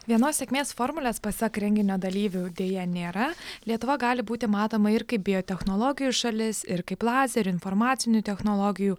vienos sėkmės formulės pasak renginio dalyvių deja nėra lietuva gali būti matoma ir kaip biotechnologijų šalis ir kaip lazerių ir informacinių technologijų